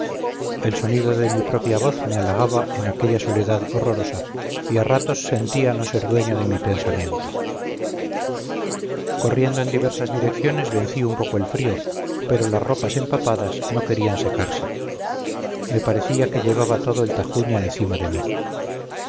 el sonido de mi propia voz me halagaba en aquella soledad horrorosa y a ratos sentía no ser dueño de mi pensamiento corriendo en diversas direcciones vencí un poco el frío pero las ropas empapadas no querían secarse me parecía que llevaba todo el tajuña encima de mí